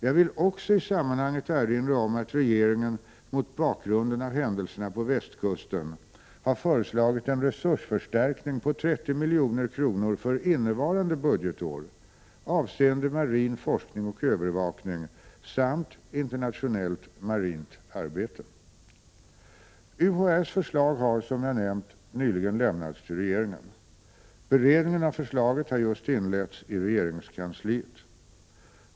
Jag vill också i sammanhanget erinra om att regeringen mot bakgrund av händelserna på västkusten har föreslagit en resursförstärkning på 30 milj.kr. för innevarande budgetår avseende marin forskning och övervakning samt internationellt marint arbete. UHÄ:s förslag har som jag nämnt nyligen lämnats till regeringen. Beredningen av förslaget har just inletts i regeringskansliet.